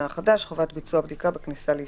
החדש (הוראת שעה) (חובת ביצוע בדיקה בכניסה לישראל),